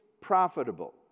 profitable